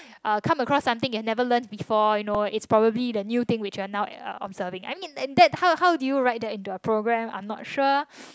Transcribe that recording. uh come across something that you've never learnt before you know it's probably the new thing which you're now uh observing I mean and that how how do you write that into our program I'm not sure